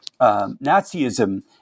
Nazism